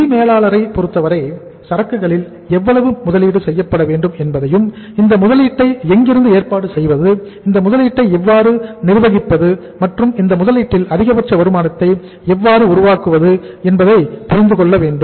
நிதி மேலாளரை பொறுத்தவரை சரக்குகளில் எவ்வளவு முதலீடு செய்யப்பட வேண்டும் என்பதையும் இந்த முதலீட்டை எங்கிருந்து ஏற்பாடு செய்வது இந்த முதலீட்டை எவ்வாறு நிர்வகிப்பது மற்றும் இந்த முதலீட்டில் அதிகபட்ச வருமானத்தை எவ்வாறு உருவாக்குவது என்பதையும் புரிந்து கொள்ள வேண்டும்